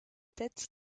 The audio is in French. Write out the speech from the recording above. tête